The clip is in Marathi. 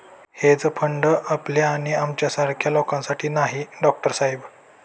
हेज फंड आपल्या आणि आमच्यासारख्या लोकांसाठी नाही, डॉक्टर साहेब